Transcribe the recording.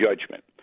judgment